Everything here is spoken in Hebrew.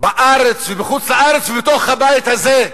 בארץ ובחוץ-לארץ ובתוך הבית הזה,